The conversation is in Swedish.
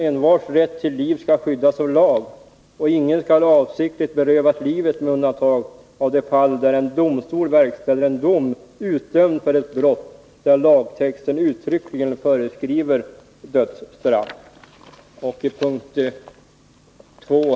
Envars rätt till liv skall skyddas av lag. Ingen skall avsiktligt berövas livet med undantag av de fall där en domstol verkställer en dom utdömd för ett brott där lagtexten uttryckligen föreskriver dödsstraff. 2.